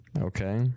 okay